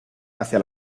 hacia